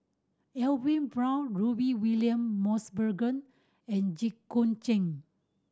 Edwin Brown Rudy William Mosbergen and Jit Koon Ch'ng